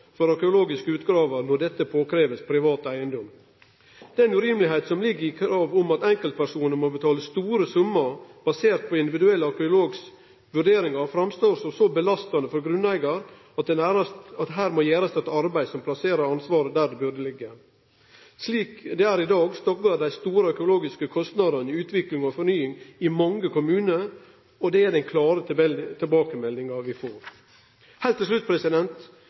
for arkeologiske utgravingar når dette blir pålagt privat eigedom. Det urimelege som ligg i kravet om at enkeltpersonar må betale store summar basert på individuelle arkeologars vurderingar, fortonar seg som så belastande for grunneigar at det her må gjerast eit arbeid som plasserer ansvaret der det burde liggje. Slik det er i dag, stoggar dei store arkeologiske kostnadene utvikling og fornying i mange kommunar – det er den klare tilbakemeldinga vi får. Heilt til slutt: